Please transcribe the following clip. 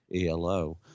ELO